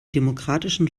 demokratischen